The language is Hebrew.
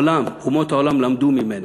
אומות העולם למדו ממנה.